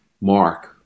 Mark